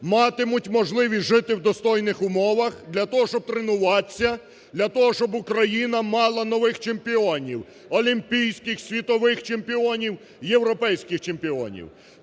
матимуть можливість жити в достойних умовах для того, щоб тренуватися, для того, щоб Україна мала нових чемпіонів: олімпійських, світових чемпіонів, європейських чемпіонів.